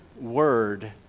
word